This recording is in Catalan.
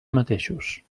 mateixos